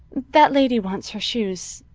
that lady wants her shoes,